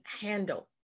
handle